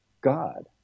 God